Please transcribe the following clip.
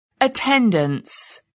attendance